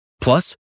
Plus